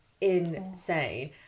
insane